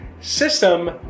system